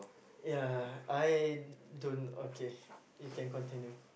ya I don't okay you can continue